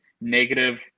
negative